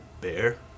bear